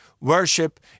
worship